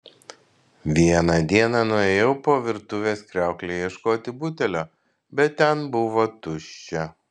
vieną dieną nuėjau po virtuvės kriaukle ieškoti butelio bet ten buvo tuščia